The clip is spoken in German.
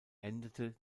endete